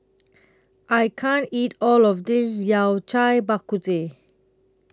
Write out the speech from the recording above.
I can't eat All of This Yao Cai Bak Kut Teh